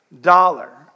dollar